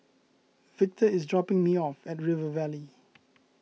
Victor is dropping me off at River Valley